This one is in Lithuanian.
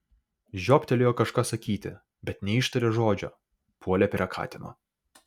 žiobtelėjo kažką sakyti bet neištarė žodžio puolė prie katino